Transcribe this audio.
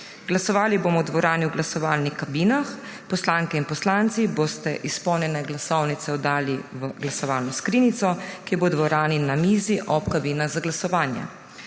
Glasovali bomo v dvorani v glasovalnih kabinah. Poslanke in poslanci boste izpolnjene glasovnice oddali v glasovalno skrinjico, ki bo v dvorani na mizi ob kabinah za glasovanje.